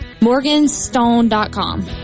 Morganstone.com